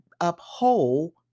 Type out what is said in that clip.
uphold